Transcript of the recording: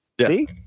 See